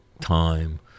time